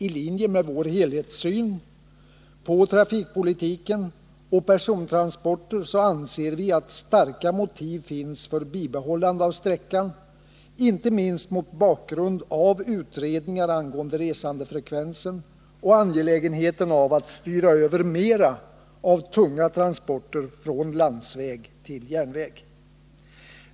I linje med vår helhetssyn på trafikpolitiken och persontransporter anser vi att starka motiv finns för bibehållande av sträckan, inte minst mot bakgrund av utredningar angående resandefrekvensen och angelägenheten av att styra över mera av tunga transporter från landsväg till järnväg.